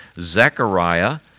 Zechariah